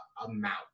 amount